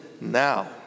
now